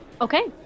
Okay